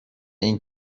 این